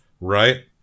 Right